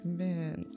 man